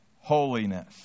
holiness